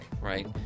right